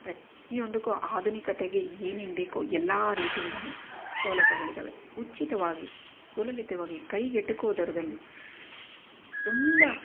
ಪ್ರತಿಯೊಂದಕ್ಕೂ ಆಧುನಿಕತೆಗೆ ಏನೇನು ಬೇಕೋ ಎಲ್ಲ ರೀತಿಯಿಂದನು ಸೌಲಭ್ಯಗಳಿದಾವೆ ಉಚಿತವಾಗಿ ಸುಲಲಿತವಾಗಿ ಕೈಗೆಟುಕುವ ದರದಲ್ಲಿ ತುಂಬ